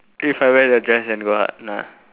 if I wear the dress and go out ah